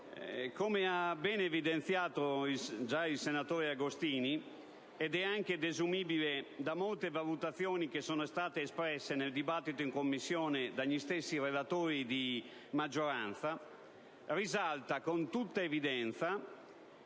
come ha ben evidenziato già il senatore Agostini, ed è anche desumibile da molte valutazioni espresse nel dibattito in Commissione dagli stessi relatori di maggioranza, risalta con tutta evidenza